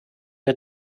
wir